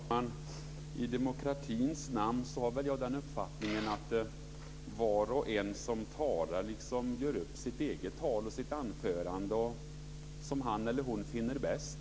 Fru talman! I demokratins namn har jag väl den uppfattningen att var och en som talar gör upp sitt eget tal och sitt anförande som han eller hon finner bäst.